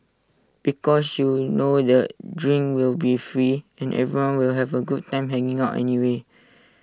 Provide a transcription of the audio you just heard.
because you know that drinks will be free and everyone will have A good time hanging out anyway